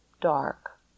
dark